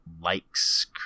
likes